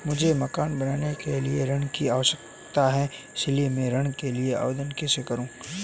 मुझे मकान बनाने के लिए ऋण की आवश्यकता है इसलिए मैं ऋण के लिए आवेदन कैसे करूं?